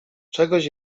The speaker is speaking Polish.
czegoś